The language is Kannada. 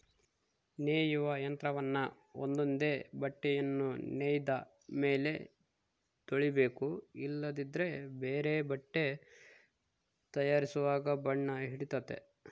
ನೇಯುವ ಯಂತ್ರವನ್ನ ಒಂದೊಂದೇ ಬಟ್ಟೆಯನ್ನು ನೇಯ್ದ ಮೇಲೆ ತೊಳಿಬೇಕು ಇಲ್ಲದಿದ್ದರೆ ಬೇರೆ ಬಟ್ಟೆ ತಯಾರಿಸುವಾಗ ಬಣ್ಣ ಹಿಡಿತತೆ